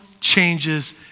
changes